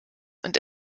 und